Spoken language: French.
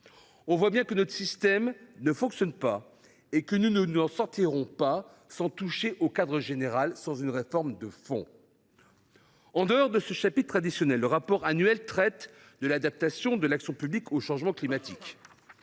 On voit bien que notre système ne fonctionne pas et que nous ne nous en sortirons pas sans toucher au cadre général par une réforme de fond. En dehors de ce chapitre traditionnel, le rapport annuel traite de l’adaptation de l’action publique au changement climatique.